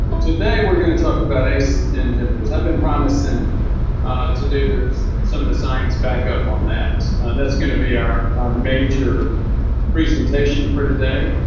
today we're going to talk about ace inhibitors i've been promising to do this some of the science back up on that that's going to be our our major presentation for today